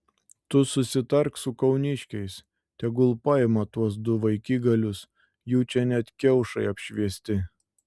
tu susitark su kauniškiais tegul paima tuos du vaikigalius jų čia net kiaušai apšviesti